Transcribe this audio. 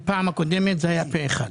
בפעם הקודמת זה היה פה אחד.